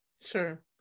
sure